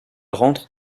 rentre